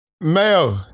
Mayo